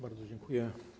Bardzo dziękuję.